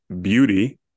Beauty